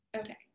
Okay